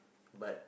but